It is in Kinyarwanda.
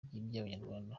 by’abanyarwanda